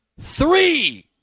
Three